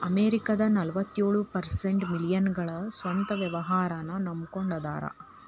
ಅಮೆರಿಕದ ನಲವತ್ಯೊಳ ಪರ್ಸೆಂಟ್ ಮಿಲೇನಿಯಲ್ಗಳ ಸ್ವಂತ ವ್ಯವಹಾರನ್ನ ನಂಬಕೊಂಡ ಅದಾರ